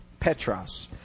Petras